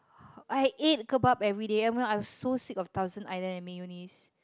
I ate kebab everyday I was so sick of thousand-island and mayonnaise